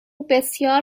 بسیار